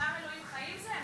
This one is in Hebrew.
זה דבר אלוהים חיים זה?